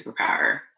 superpower